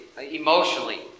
emotionally